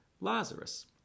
Lazarus